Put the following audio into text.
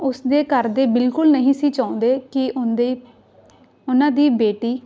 ਉਸਦੇ ਘਰ ਦੇ ਬਿਲਕੁਲ ਨਹੀਂ ਸੀ ਚਾਹੁੰਦੇ ਕਿ ਉਹਦੇ ਉਹਨਾਂ ਦੀ ਬੇਟੀ